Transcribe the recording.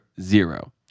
zero